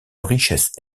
richesse